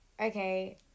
Okay